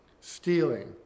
Stealing